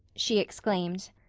she exclaimed.